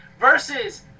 versus